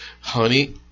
honey